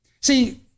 See